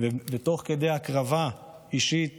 ותוך כדי הקרבה אישית